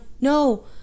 No